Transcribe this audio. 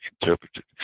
interpreted